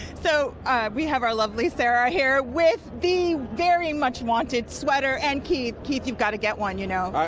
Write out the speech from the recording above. so we have our lovely sara here with the very much wanted sweater. and keith, keith, you've got to get one, i you know. i